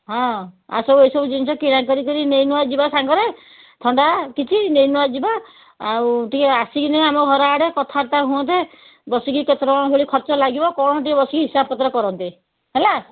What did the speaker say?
ହଁ ଆଉସବୁ ଏସବୁ ଜିନିଷ କିଣା କରି କିରି ନେଇନୁଆ ଯିବା ସାଙ୍ଗରେ ଥଣ୍ଡା କିଛି ନେଇନୁଆ ଯିବା ଆଉ ଟିକେ ଆସିକିନା ଆମ ଘର ଆଡ଼େ କଥାବାର୍ତ୍ତା ହୁଅନ୍ତେ ବସିକି କେତେ ଟଙ୍କା ଭଳି ଖର୍ଚ୍ଚ ଲାଗିବ କ'ଣ ଟିକେ ବସିକି ହିସାବପତ୍ର କରନ୍ତେ ହେଲା